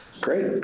Great